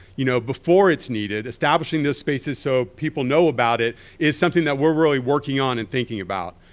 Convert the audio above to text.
you know before it's needed, establishing those spaces so people know about it is something that we're really working on and thinking about,